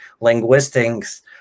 linguistics